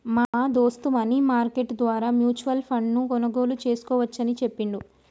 మా దోస్త్ money market ద్వారా మ్యూచువల్ ఫండ్ ను కొనుగోలు చేయవచ్చు అని చెప్పిండు